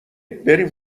بریم